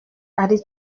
ari